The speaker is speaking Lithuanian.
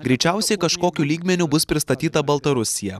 greičiausiai kažkokiu lygmeniu bus pristatyta baltarusija